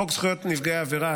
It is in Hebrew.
חוק זכויות נפגעי עבירה,